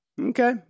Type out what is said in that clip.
Okay